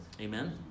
Amen